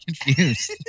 confused